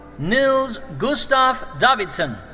nils gustav davidsson.